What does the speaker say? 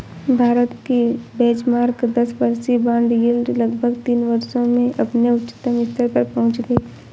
भारत की बेंचमार्क दस वर्षीय बॉन्ड यील्ड लगभग तीन वर्षों में अपने उच्चतम स्तर पर पहुंच गई